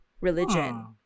religion